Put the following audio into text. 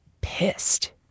pissed